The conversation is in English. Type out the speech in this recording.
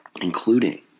including